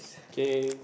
K